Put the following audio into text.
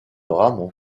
rameau